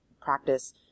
practice